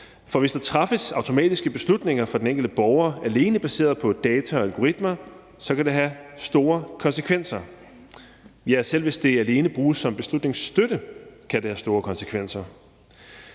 For hvis der træffes automatiske beslutninger for den enkelte borger alene baseret på data og algoritmer, kan det have store konsekvenser. Ja, selv hvis det alene bruges som beslutningsstøtte kan det have store konsekvenser.